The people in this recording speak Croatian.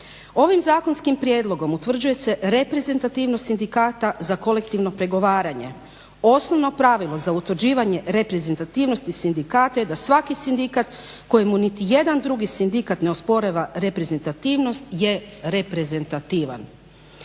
Ovim zakonskim prijedlogom utvrđuje se reprezentativnost sindikata za kolektivno pregovaranje. Osnovno pravilo za utvrđivanje reprezentativnosti sindikata je da svaki sindikat kojemu niti jedan drugi sindikat ne osporava reprezentativnost je reprezentativan.